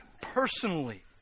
personally